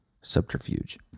Subterfuge